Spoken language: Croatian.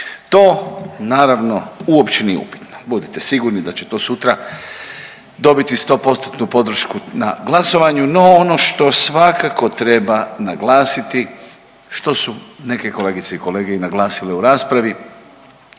To naravno uopće nije upitno. Budite sigurni da će to sutra dobiti 100 postotnu podršku na glasovanju, no ono što svakako treba naglasiti, što su neke kolegice i kolege naglasile u raspravi,